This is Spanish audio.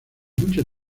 mucho